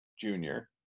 Junior